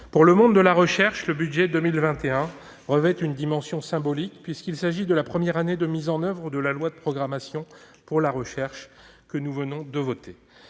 pour le monde de la recherche, le budget 2021 revêt une dimension symbolique, puisqu'il s'agit de la première année de mise en oeuvre de la loi de programmation de la recherche, que nous venons de voter.